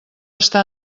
està